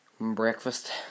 breakfast